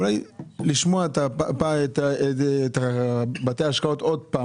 אולי כדאי לשמוע את בתי ההשקעות שוב.